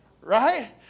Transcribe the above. right